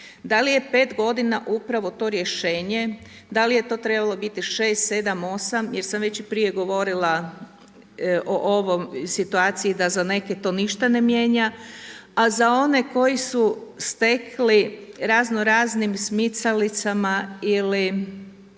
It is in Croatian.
Da li je 5 g. upravo to rješenje da li je to trebalo biti 6, 7, 8 jer sam već i prije govorila o ovoj situaciji da za neke to ništa ne mijenja. A za one koji su stekli razno raznim smicalicama ili